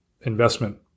investment